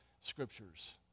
scriptures